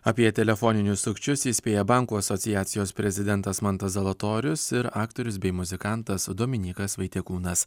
apie telefoninius sukčius įspėja bankų asociacijos prezidentas mantas zalatorius ir aktorius bei muzikantas dominykas vaitiekūnas